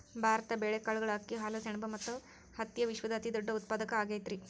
ಭಾರತ ಬೇಳೆ, ಕಾಳುಗಳು, ಅಕ್ಕಿ, ಹಾಲು, ಸೆಣಬ ಮತ್ತ ಹತ್ತಿಯ ವಿಶ್ವದ ಅತಿದೊಡ್ಡ ಉತ್ಪಾದಕ ಆಗೈತರಿ